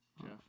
Jeff